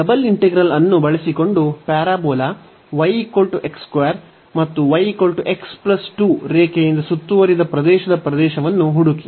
double integral ಅನ್ನು ಬಳಸಿಕೊಂಡು parabola y ಮತ್ತು y x 2 ರೇಖೆಯಿಂದ ಸುತ್ತುವರಿದ ಪ್ರದೇಶದ ಪ್ರದೇಶವನ್ನು ಹುಡುಕಿ